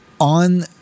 on